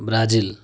Brazil